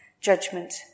judgment